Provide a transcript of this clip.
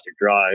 drive